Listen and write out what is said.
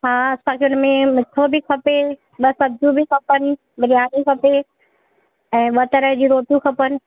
हा असांखे उनमें मिठो बि खपे ॿ सब्जियूं बि खपनि बिरयानी खपे ऐं ॿ तरह जूं रोटियूं खपनि